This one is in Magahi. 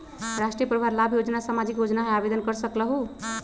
राष्ट्रीय परिवार लाभ योजना सामाजिक योजना है आवेदन कर सकलहु?